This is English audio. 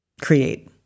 create